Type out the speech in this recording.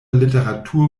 literatur